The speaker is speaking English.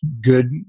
good